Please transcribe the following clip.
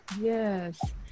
Yes